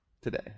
today